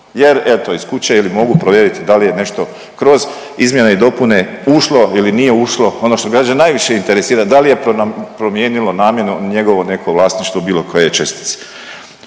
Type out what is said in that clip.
jer eto iz kuće ili mogu provjeriti da li je nešto kroz izmjene i dopune ušlo ili nije ušlo, ono što građane najviše interesira da li je promijenilo namjenu njegovo neko vlasništvo bilo koje čestice.